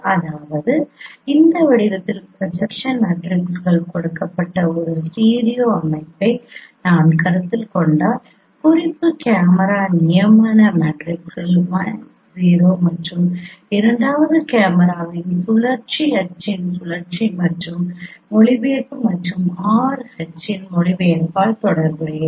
அதாவது இந்த வடிவத்தில் ப்ரொஜெக்ஷன் மேட்ரிக்ஸ்கள் கொடுக்கப்பட்ட ஒரு ஸ்டீரியோ அமைப்பை நான் கருத்தில் கொண்டால் குறிப்பு கேமரா நியமன கேமரா நியமன மேட்ரிக்ஸ் I 0 மற்றும் இரண்டாவது கேமரா சுழற்சி அச்சின் சுழற்சி மற்றும் மொழிபெயர்ப்பு மற்றும் R h இன் மொழிபெயர்ப்பால் தொடர்புடையது